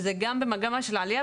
וזה גם במגמה של עלייה.